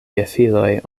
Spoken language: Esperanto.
gefiloj